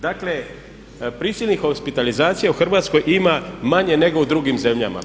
Dakle prisilnih hospitalizacija u Hrvatskoj ima manje nego u drugim zemljama.